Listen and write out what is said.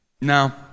Now